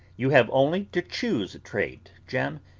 you have only to choose a trade, jem,